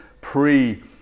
pre-